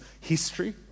history